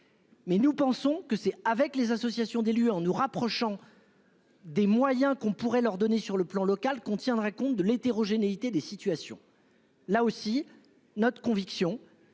dit, nous pensons que c'est avec les associations d'élus, en examinant les moyens qu'on pourrait leur donner à l'échelle locale, que l'on tiendra compte de l'hétérogénéité des situations. Là aussi, notre conviction